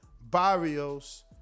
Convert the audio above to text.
Barrios